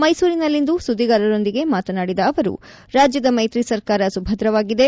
ಮೈಸೂರಿನಲ್ಲಿಂದು ಸುದ್ದಿಗಾರರೊಂದಿಗೆ ಮಾತನಾಡಿದ ಅವರು ರಾಜ್ಯದ ಮೈತ್ರಿ ಸರ್ಕಾರ ಸುಭದ್ರವಾಗಿದೆ